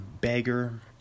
beggar